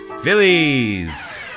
Phillies